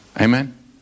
Amen